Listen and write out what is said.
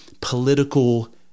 political